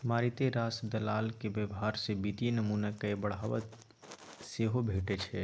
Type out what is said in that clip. मारिते रास दलालक व्यवहार सँ वित्तीय नमूना कए बढ़ावा सेहो भेटै छै